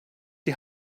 die